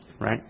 Right